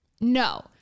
no